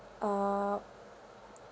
uh